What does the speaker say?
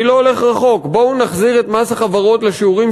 אני לא הולך רחוק: בואו נחזיר את מס החברות לשיעורים